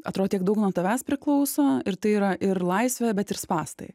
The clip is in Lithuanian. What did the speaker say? atrodo tiek daug nuo tavęs priklauso ir tai yra ir laisvė bet ir spąstai